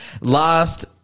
last